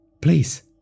Please